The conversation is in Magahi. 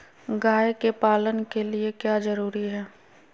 गाय के पालन के लिए क्या जरूरी है?